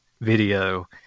video –